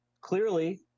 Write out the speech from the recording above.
clearly